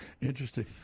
Interesting